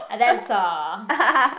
and that's all